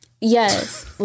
Yes